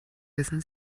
wissen